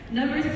Number